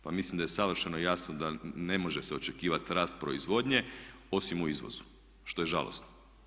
Pa mislim da je savršeno jasno da ne može se očekivat rast proizvodnje osim u izvozu što je žalosno.